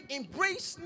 embrace